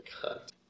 cut